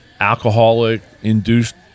alcoholic-induced